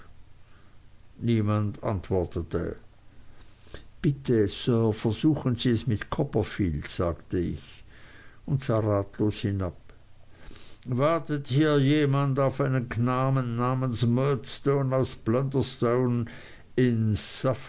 niemand antwortete bitte sir versuchen sie es mit copperfield sagte ich und sah ratlos hinab wartet hier jemand auf einen knaben namens murdstone aus blunderstone in